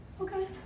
Okay